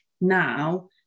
now